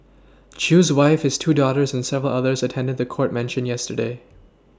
Chew's wife his two daughters and several others attended the court mention yesterday